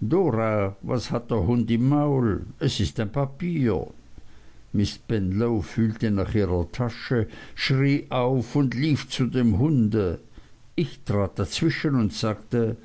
was hat der hund im maul es ist ein papier miß spenlow fühlte nach ihrer tasche schrie auf und lief zu dem hunde ich trat dazwischen und sagte